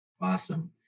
Awesome